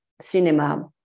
cinema